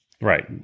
right